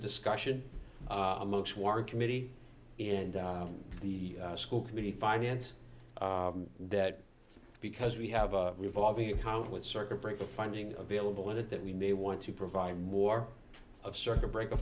discussion amongst war committee and the school committee finance that because we have a revolving hound with circuit breaker funding available in it that we may want to provide more of circuit breaker